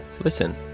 listen